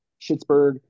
Schittsburg